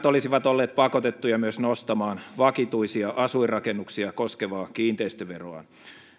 olisivat olleet pakotettuja myös nostamaan vakituisia asuinrakennuksia koskevaa kiinteistöveroa